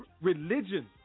religion